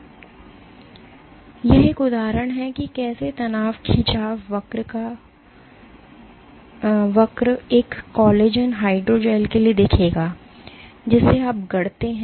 तो यह एक उदाहरण है कि कैसे तनाव खिंचाव वक्र एक कोलेजन हाइड्रोजेल के लिए दिखेगा जिसे आप गढ़ते हैं